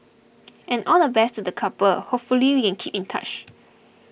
and all the best to the couple hopefully we can keep in touch